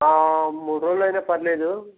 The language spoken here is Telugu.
మూడు రోజులు అయిన పర్లేదు